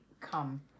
come